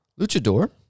luchador